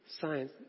Science